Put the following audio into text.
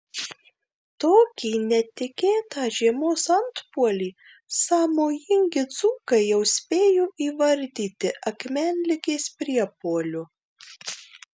tokį netikėtą žiemos antpuolį sąmojingi dzūkai jau spėjo įvardyti akmenligės priepuoliu